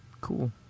Cool